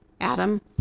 Adam